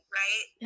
right